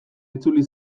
itzuli